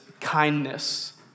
kindness